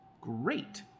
great